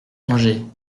anger